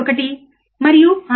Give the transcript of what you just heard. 1 మరియు 6